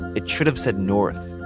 it should've said north.